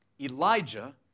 Elijah